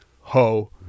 ho